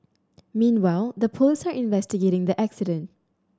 meanwhile the police are investigating the accident